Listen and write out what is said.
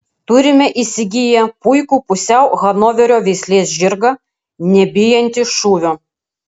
turime įsigiję puikų pusiau hanoverio veislės žirgą nebijantį šūvio